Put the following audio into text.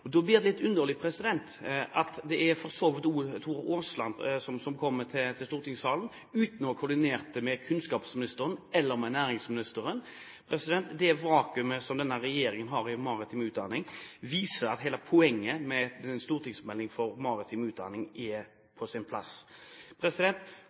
Da blir det litt underlig at Tora Aasland kommer til stortingssalen uten å ha koordinert det med kunnskapsministeren eller med næringsministeren. Det vakuumet som denne regjeringen har når det gjelder maritim utdanning, viser hele poenget med at en stortingsmelding om maritim utdanning